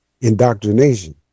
indoctrination